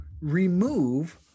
remove